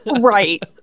Right